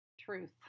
Truth